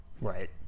right